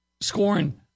scoring